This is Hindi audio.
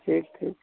ठीक ठीक